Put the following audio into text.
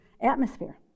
atmosphere